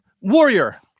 warrior